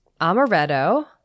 amaretto